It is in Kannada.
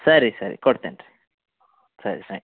ಸರಿ ಸರಿ ಕೊಡ್ತೀನಿ ರೀ ಸರಿ ತ್ಯಾಂಕ್